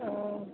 ओऽ